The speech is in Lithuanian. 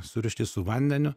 surišti su vandeniu